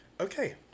Okay